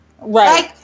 Right